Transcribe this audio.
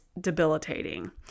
debilitating